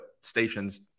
stations